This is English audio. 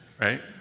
right